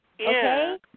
okay